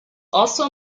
also